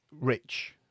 rich